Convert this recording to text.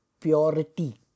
purity